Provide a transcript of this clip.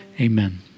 Amen